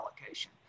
allocation